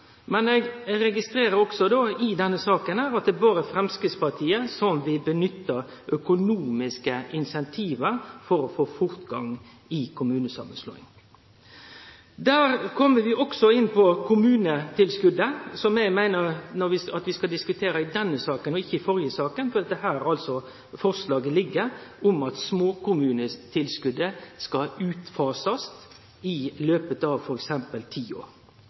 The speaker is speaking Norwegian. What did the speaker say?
men eg registrerer òg i denne saka at det berre er Framstegspartiet som vil nytte økonomiske incentiv for å få fortgang i kommunesamanslåinga. Der kjem vi også inn på kommunetilskotet, som eg meiner vi skal diskutere i denne saka – og ikkje i den førre saka – for det er her forslaget om at småkommunetilskotet skal utfasast i løpet av